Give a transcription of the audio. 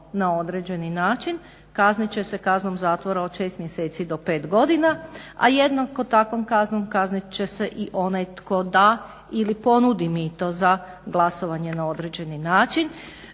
na određeni način kaznit će se kaznom zatvora od 6 mjeseci do 5 godina, a jednakom takvom kaznom kaznit će se i onaj tko da ili ponudi mito za glasovanje na određeni način.